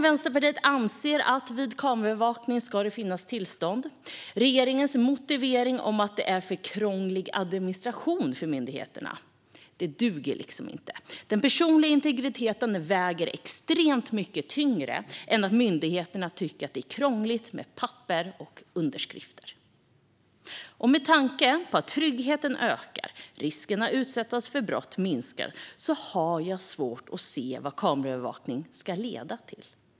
Vänsterpartiet anser att det vid kameraövervakning ska finnas tillstånd. Regeringens motivering att administrationen är för krånglig för myndigheterna duger inte. Den personliga integriteten väger extremt mycket tyngre än att myndigheterna tycker att det är krångligt med papper och underskrifter. Med tanke på att tryggheten ökar och att risken att utsättas för brott minskar har jag dessutom svårt att se vad kameraövervakning ska leda till.